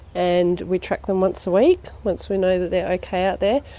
and we track them once a week once we know that they are okay out there.